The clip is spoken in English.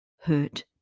hurt